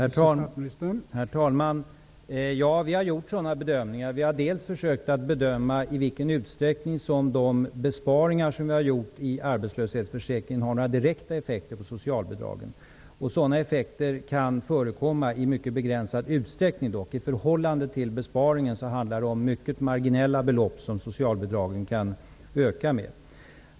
Herr talman! Ja, vi har gjort sådana bedömningar. Vi har dels försökt bedöma i vilken utsträckning de besparingar som vi gjort i arbetslöshetsförsäkringen har några direkta effekter på socialbidragen. Sådana effekter kan förekomma, dock i mycket begränsad utsträckning. I förhållande till besparingen är det mycket marginella belopp som socialbidragen kan öka.